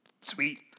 Sweet